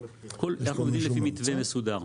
אנחנו עובדים לפי מתווה מסודר,